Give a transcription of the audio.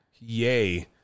yay